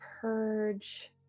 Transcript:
purge